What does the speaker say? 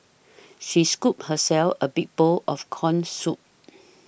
she scooped herself a big bowl of Corn Soup